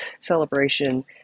celebration